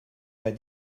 pas